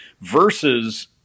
versus